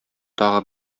тагы